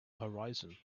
horizon